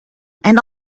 and